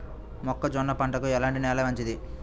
మొక్క జొన్న పంటకు ఎలాంటి నేల మంచిది?